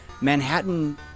Manhattan